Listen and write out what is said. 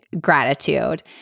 gratitude